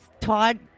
Todd